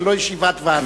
זאת לא ישיבת ועדה.